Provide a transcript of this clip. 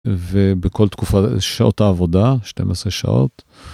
ובכל תקופה, שעות העבודה, 12 שעות.